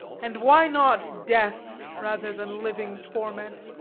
and why not death rather than living torment?